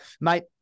mate